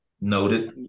Noted